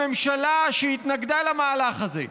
הממשלה התנגדה למהלך הזה,